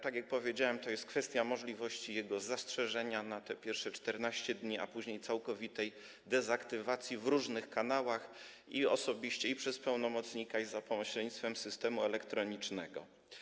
Tak jak powiedziałem, jest możliwość jego zastrzeżenia na pierwsze 14 dni, a później - całkowitej dezaktywacji w różnych kanałach i osobiście, i przez pełnomocnika, i za pośrednictwem systemu elektronicznego.